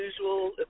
usual